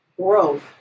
growth